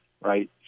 right